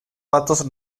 patos